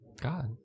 god